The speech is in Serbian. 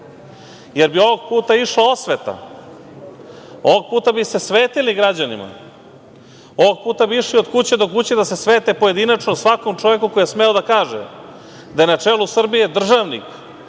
jer bi ovog puta išla osveta. Ovog puta bi se svetili građanima. Ovog puta bi išli od kuće do kuće da se svete pojedinačno svakom čoveku koji je smeo da kaže da je na čelu Srbije državnik,